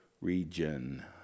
region